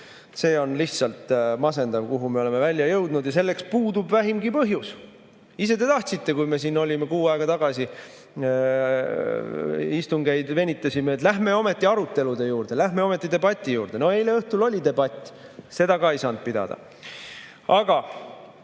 See on lihtsalt masendav, kuhu me oleme välja jõudnud, ja selleks puudub vähimgi põhjus. Ise te tahtsite, kui me siin kuu aega tagasi istungeid venitasime, et lähme ometi arutelude juurde, lähme ometi debati juurde. No eile õhtul oli debatt, seda ka ei saanud pidada. Aga